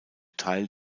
teil